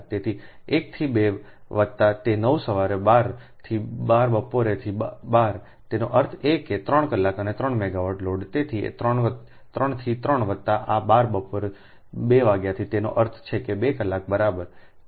તેથી 1 થી 2 વત્તા તે 9 સવારે 12 થી 12 બપોરે 12તેનો અર્થ એ કે 3 કલાક અને 3 મેગાવાટ લોડ તેથી 3 થી 3 વત્તા આ 12 બપોરે 2 વાગ્યાથીતેનો અર્થ છે 2 કલાક બરાબર